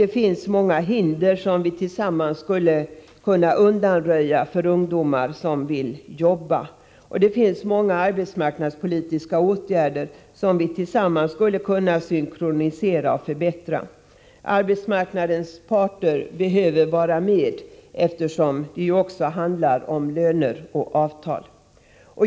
Tillsammans skulle vi kunna undanröja många hinder för ungdomar som vill arbeta. Många arbetsmarknadspolitiska åtgärder skulle vi tillsammans kunna synkronisera och förbättra. Arbetsmarknadens parter behöver vara med, eftersom det ju också handlar om löner och avtal.